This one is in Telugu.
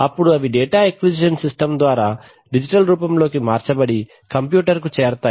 అప్పుడు అవి డేటా అక్విజిషన్ సిస్టం ద్వారా డిజిటల్ రూపంలోకి మార్చబడి కంప్యూటర్ కు చేరతాయి